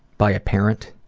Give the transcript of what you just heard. by a parent,